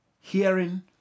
hearing